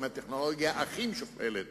עם הטכנולוגיה הכי משוכללת